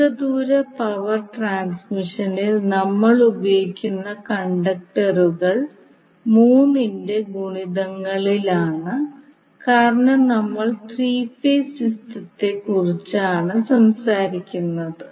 ദീർഘദൂര പവർ ട്രാൻസ്മിഷനിൽ നമ്മൾ ഉപയോഗിക്കുന്ന കണ്ടക്ടറുകൾ മൂന്നിന്റെ ഗുണിതങ്ങളിലാണ് കാരണം നമ്മൾ ത്രീ ഫേസ് സിസ്റ്റത്തെക്കുറിച്ചാണ് സംസാരിക്കുന്നത്